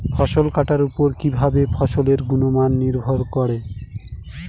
ফসল কাটার উপর কিভাবে ফসলের গুণমান নির্ভর করে?